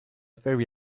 ferry